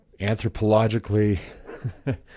anthropologically